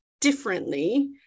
differently